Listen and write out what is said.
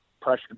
pressure